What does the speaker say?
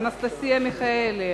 אנסטסיה מיכאלי,